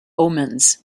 omens